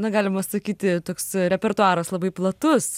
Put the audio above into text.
na galima sakyti toks repertuaras labai platus